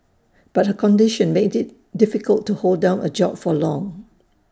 but her condition made IT difficult to hold down A job for long